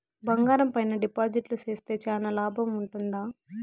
బంగారం పైన డిపాజిట్లు సేస్తే చానా లాభం ఉంటుందా?